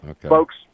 folks